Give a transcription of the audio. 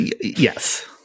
Yes